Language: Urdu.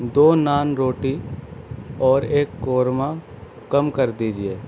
دو نان روٹی اور ایک قورمہ کم کر دیجیے